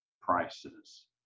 prices